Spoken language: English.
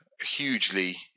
hugely